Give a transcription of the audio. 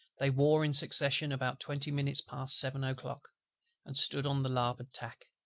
they wore in succession about twenty minutes past seven o'clock and stood on the larboard tack,